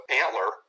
antler